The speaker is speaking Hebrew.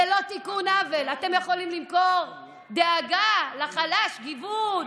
אתם יכולים למכור דאגה לחלש, גיוון,